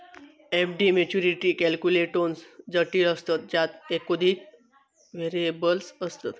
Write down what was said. FD maturity calculations जटिल असतत ज्यात एकोधिक व्हेरिएबल्स असतत